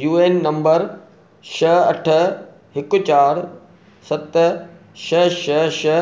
U N number छ्ह अठ हिकु चारि सत छ्ह छ्ह छ्ह